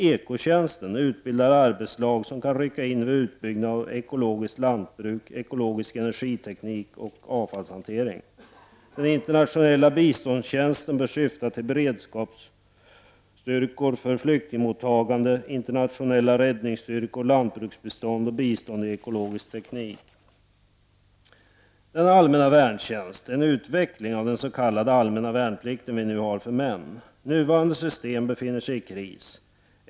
Ekotjänsten utbildar arbetslag som kan rycka in vid utbyggnad av ekologiskt lantbruk, ekologisk energiteknik och avfallshantering. Den internationella biståndstjänsten bör syfta till beredskapsstyrkor för flyktingmottagande, internationella räddningsstyrkor, lantbruksbistånd och bistånd i ekologisk teknik. Denna allmänna värntjänst är en utveckling av den s.k. allmänna värnplikten, som vi nu har för män. Nuvarande system befinner sig i kris.